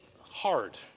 hard